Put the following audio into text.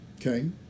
Okay